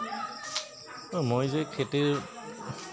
মই যে খেতিৰ